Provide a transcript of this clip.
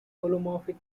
holomorphic